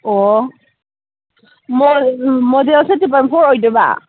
ꯑꯣ ꯃꯣꯗꯦꯜꯁꯦ triple for ꯑꯣꯏꯗꯣꯏꯕ